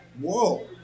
whoa